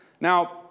Now